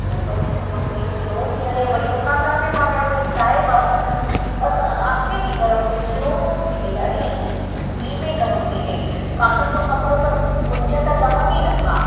slow पई हले त मां चई इहा स्लो थी हले वरी दुकानदार मां वियमि छा ऐं बाबा अस आस्ते ती गरम ते स्लो थी ते ॾाढी धीमे गरम थी थिए कॉटन जो कपिड़ो त गुंज त लवनि ई नथा